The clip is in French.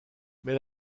mais